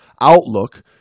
outlook